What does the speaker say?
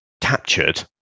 captured